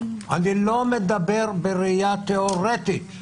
אני לא מדבר בראייה תיאורטית,